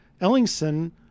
Ellingson